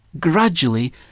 gradually